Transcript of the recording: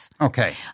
Okay